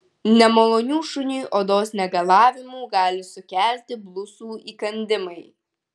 nemalonių šuniui odos negalavimų gali sukelti blusų įkandimai